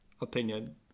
opinion